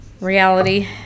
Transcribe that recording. reality